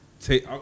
Take